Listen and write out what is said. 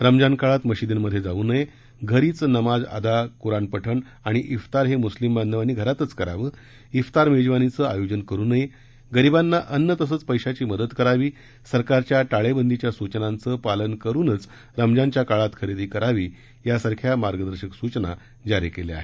रमजान काळात मशिदींमध्ये जाऊ नये घरीच नमाज अदा कुराण पठण आणि क्तार हे मुस्लिम बांधवांनी घरातच करावं क्तार मेजवानीचं आयोजन करू नये गरिबांना अन्न तसंच पैशाची मदत करावी सरकारच्या टाळेबंदीच्या सूचनांचं पालन करूनच रमजानच्या काळात खरेदी करावी यांसारख्या मार्गदर्शक सूचना जरी केल्या आहेत